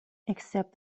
except